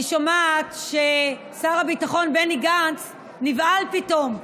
אני שומעת ששר הביטחון בני גנץ נבהל פתאום,